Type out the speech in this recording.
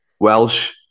Welsh